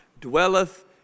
dwelleth